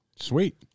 Sweet